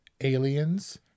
aliens